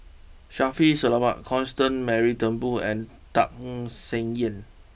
Shaffiq Selamat Constance Mary Turnbull and Tham Sien Yen